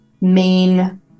main